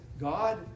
God